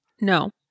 No